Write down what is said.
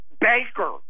banker